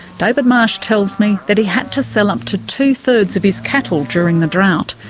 david marsh tells me that he had to sell up to two-thirds of his cattle during the drought.